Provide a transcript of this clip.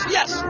Yes